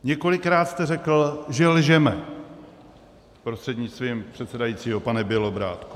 Několikrát jste řekl, že lžeme, prostřednictvím předsedajícího pane Bělobrádku.